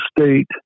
State